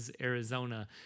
Arizona